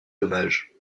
dommages